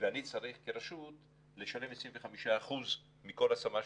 ואני צריך כרשות לשלם 25 אחוזים מכל השמה.